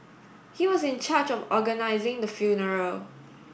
he was in charge of organising the funeral